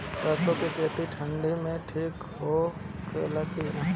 सरसो के खेती ठंडी में ठिक होला कि ना?